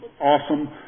awesome